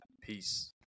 peace